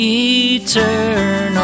eternal